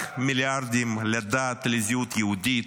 רק מיליארדים לדת, לזהות יהודית,